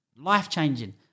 life-changing